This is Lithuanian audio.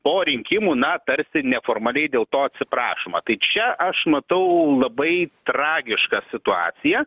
po rinkimų na per neformaliai dėl to atsiprašoma tai čia aš matau labai tragišką situaciją